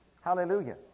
Hallelujah